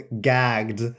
gagged